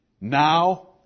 Now